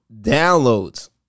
downloads